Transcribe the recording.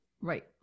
Right